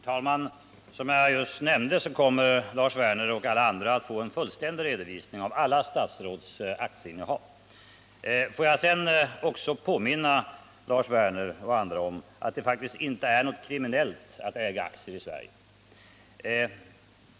Herr talman! Som jag nyss nämnde kommer Lars Werner och alla andra att få en fullständig redovisning av alla statsråds aktieinnehav. Får jag sedan också påminna Lars Werner och andra om att det faktiskt inte är något kriminellt att äga aktier i Sverige.